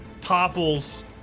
topples